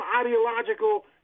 ideological